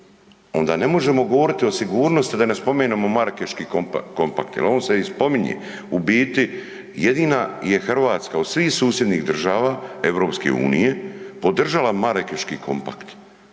onda ne možemo govoriti o sigurnosti, a da ne spomenemo Marakeški kompakt jel on se i spominje. U biti jedina je Hrvatska od svih susjednih država EU podržala Marakeški kompakt,